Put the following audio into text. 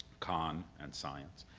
con and science.